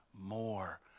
more